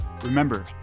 Remember